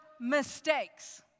mistakes